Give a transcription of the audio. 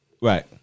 Right